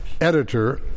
editor